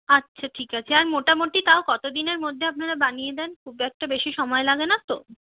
আচ্ছা ঠিক আছে আর মোটামোটি তাও কতদিনের মধ্যে আপনার বানিয়ে দেন খুব একটা বেশি সময় লাগে না তো